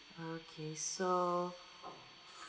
okay so